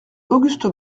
auguste